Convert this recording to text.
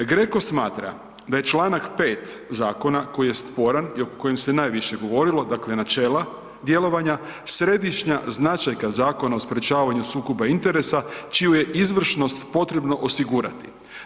GRECO smatra da je članak 5. Zakona koji je sporan i o kojem se najviše govorilo, dakle načela djelovanja, središnja značajka zakona o sprječavanju sukoba interesa čiju je izvršnost potrebno osigurati.